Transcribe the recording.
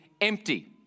empty